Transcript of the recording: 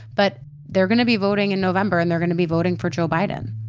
but they're gonna be voting in november, and they're gonna be voting for joe biden.